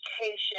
education